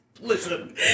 Listen